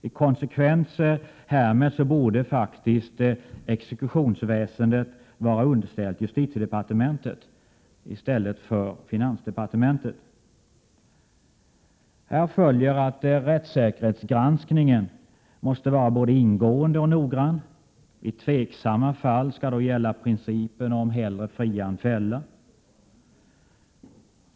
I konsekvens härmed borde faktiskt exekutionsväsendet vara underställt justitiedepartementet i stället för finansdepartementet. Härav följer att rättsäkerhetsgranskningen måste vara både ingående och noggrann. Vid tveksamhet skall principen att hellre fria än fälla gälla.